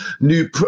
new